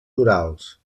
torals